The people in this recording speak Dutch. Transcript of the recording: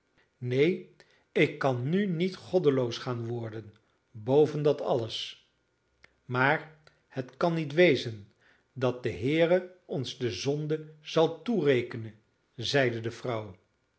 neen ik kan nu niet goddeloos gaan worden boven dat alles maar het kan niet wezen dat de heere ons de zonde zal toerekenen zeide de vrouw